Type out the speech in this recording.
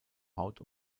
haut